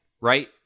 right